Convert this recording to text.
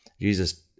Jesus